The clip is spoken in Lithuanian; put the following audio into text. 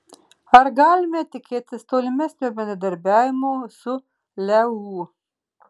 ar galime tikėtis tolimesnio bendradarbiavimo su leu